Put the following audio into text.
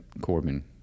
Corbin